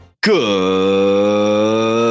Good